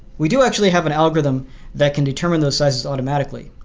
we do actually have an algorithm that can determine those sizes automatically,